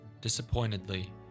Disappointedly